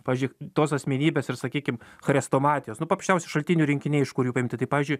pavyzdžiui tos asmenybės ir sakykim chrestomatijos nu paprasčiausi šaltinių rinkiniai iš kurių paimti tai pavyzdžiui